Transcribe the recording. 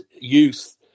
youth